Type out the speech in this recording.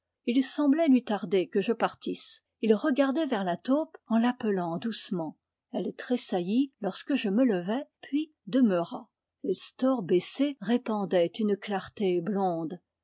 il semblait lui tarder que je partisse il regardait vers la taupe en l'appelant doucement elle tressaillit lorsque je me levai puis demeura les stores baissés répandaient une clarté blonde